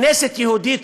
כנסת יהודית,